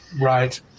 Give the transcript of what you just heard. Right